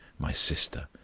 my sister,